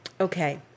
Okay